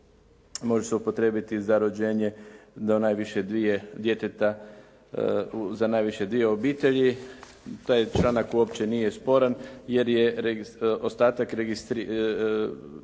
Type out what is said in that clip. može se upotrijebiti za rođenje djeteta za najviše dvije obitelji. Taj članak uopće nije sporan jer je ostatak reguliran